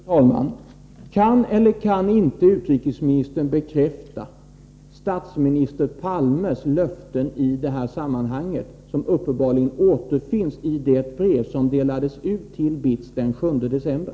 Fru talman! Kan eller kan inte utrikesministern bekräfta statsminister Palmes löften i detta sammanhang, som uppenbarligen återfinns i det brev som delades ut till BITS den 7 december?